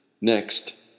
Next